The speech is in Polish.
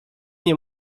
nie